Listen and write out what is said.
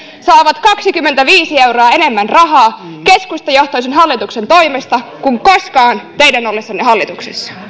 saavat kaksikymmentäviisi euroa enemmän rahaa keskustajohtoisen hallituksen toimesta kuin koskaan teidän ollessanne hallituksessa